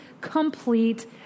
complete